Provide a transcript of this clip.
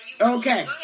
okay